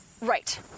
Right